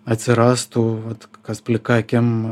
atsirastų vat kas plika akim